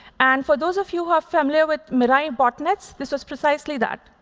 and for those of you who are familiar with mirai botnets, this was precisely that.